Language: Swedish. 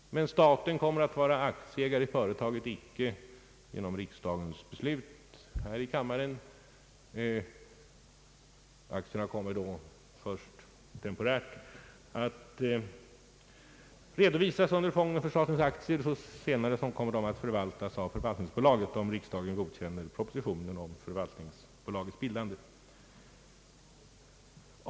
Staten kommer att vara aktieägare i företaget men icke genom riksdagens beslut. Aktierna kommer då först temporärt att redovisas under fonden för statens aktier, och senare kommer de att handhas av förvaltningsbolaget, därest riksdagen godkänner propositionen om förvaltningsbolagets bildande.